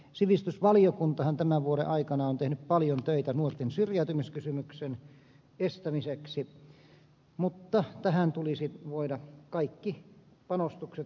sivistysvaliokuntahan tämän vuoden aikana on tehnyt paljon töitä nuorten syrjäytymisen estämiseksi mutta tähän tulisi voida kaikki panostukset jatkossakin tehdä